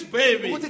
baby